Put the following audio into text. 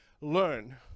learn